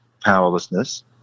powerlessness